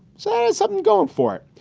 so something going for it.